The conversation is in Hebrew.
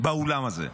באולם הזה.